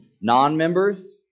Non-members